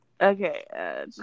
Okay